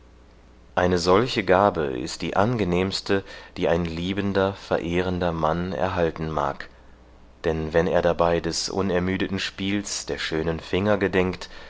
eine solche gabe ist die angenehmste die ein liebender verehrender mann erhalten mag denn wenn er dabei des unermüdeten spiels der schönen finger gedenkt